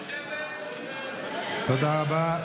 תודה רבה.